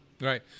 Right